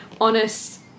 honest